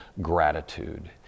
gratitude